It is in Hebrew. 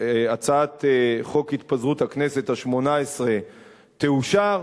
שהצעת חוק התפזרות הכנסת השמונה-עשרה תאושר,